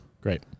Great